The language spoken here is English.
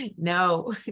No